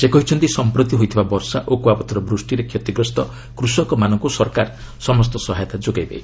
ସେ କହିଛନ୍ତି ସମ୍ପ୍ରତି ହୋଇଥିବା ବର୍ଷା ଓ କୁଆପଥର ବୃଷ୍ଟିରେ କ୍ଷତିଗ୍ରସ୍ତ କୃଷକମାନଙ୍କୁ ସରକାର ସମସ୍ତ ସହାୟତା ଯୋଗାଇବେ